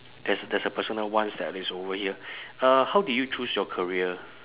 there's there's a personal ones that is over here uh how did you choose your career